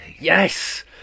Yes